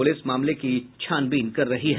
police मामले की छानबीन कर रही है